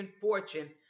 fortune